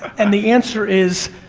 and the answer is,